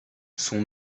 son